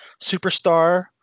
superstar